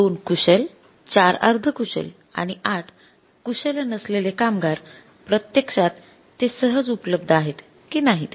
2 कुशल 4 अर्धकुशल आणि 8 कुशल नसलेले कामगार प्रत्यक्षात ते सहज उपलब्ध आहेत की नाहीत